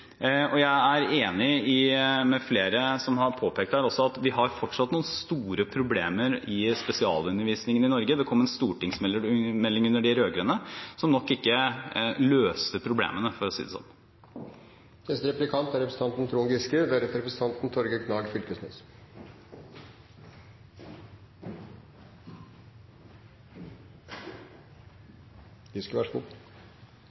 Jeg er enig i det som flere har påpekt her, at vi fortsatt har noen store problemer i spesialundervisningen i Norge. Det kom en stortingsmelding under de rød-grønne, som nok ikke løste problemene, for å si det sånn.